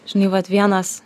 žinai vat vienas